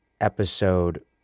episode